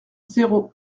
zéro